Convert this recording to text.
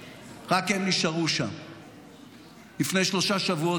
כי כשלת ונכשלת ואתה לא לגיטימי,